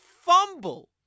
fumble